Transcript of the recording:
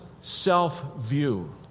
self-view